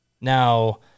Now